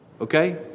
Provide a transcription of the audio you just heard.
Okay